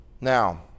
Now